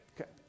Okay